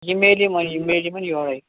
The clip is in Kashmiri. یہِ میلہِ یِمَن یہِ میلہِ یِمَن یورے